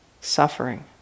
suffering